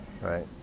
right